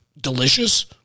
delicious